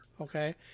okay